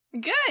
Good